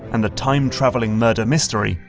and the time-travelling murder mystery,